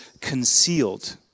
concealed